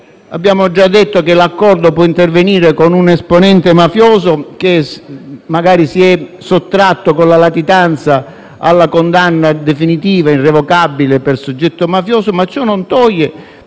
abbiamo già detto, l'accordo può intervenire con un esponente mafioso, che magari si è sottratto con la latitanza alla condanna definitiva e irrevocabile come soggetto mafioso. Ciò non toglie,